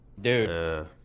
dude